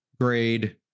grade